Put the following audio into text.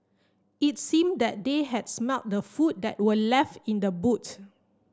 it seemed that they had smelt the food that were left in the boots